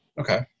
Okay